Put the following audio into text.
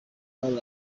abari